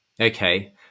Okay